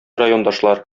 райондашлар